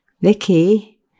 Vicky